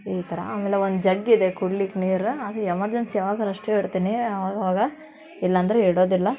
ಈ ಥರ ಆಮೇಲೆ ಒಂದು ಜಗ್ಗಿದೆ ಕುಡಿಲಿಕ್ ನೀರು ಅದು ಎಮರ್ಜೆನ್ಸಿ ಯಾವಾಗಾರೂ ಅಷ್ಟೇ ಇಡ್ತೀನಿ ಅವಾಗವಾಗ ಇಲ್ಲಾಂದರೆ ಇಡೋದಿಲ್ಲ